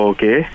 Okay